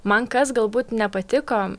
man kas galbūt nepatiko